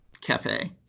cafe